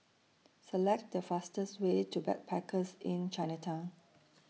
Select The fastest Way to Backpackers Inn Chinatown